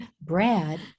Brad